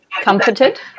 comforted